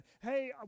Hey